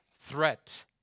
threat